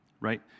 right